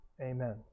Amen